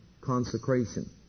consecration